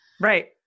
Right